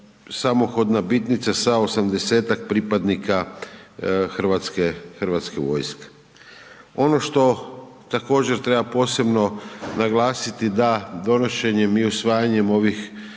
bitnica sa 80-tak pripadnika Hrvatske vojske. Ono što također treba posebno naglasiti da donošenjem i usvajanjem ovih